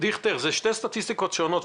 אלה שתי סטטיסטיקות שונות.